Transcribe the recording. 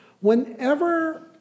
whenever